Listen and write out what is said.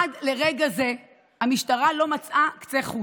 עד לרגע זה המשטרה לא מצאה קצה חוט.